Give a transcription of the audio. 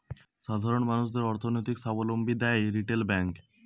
সাধারণ মানুষদের অর্থনৈতিক সাবলম্বী দ্যায় রিটেল ব্যাংক